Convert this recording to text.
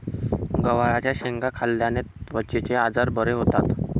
गवारच्या शेंगा खाल्ल्याने त्वचेचे आजार बरे होतात